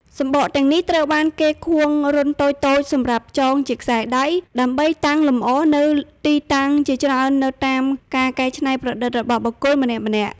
សំបកទាំងនេះត្រូវបានគេខួងរន្ធតូចៗសម្រាប់ចងជាខ្សែ ដើម្បីតាំងលម្អនៅទីតាំងជាច្រើនទៅតាមការច្នៃប្រឌិតរបស់បុគ្គលម្នាក់ៗ។